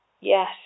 Yes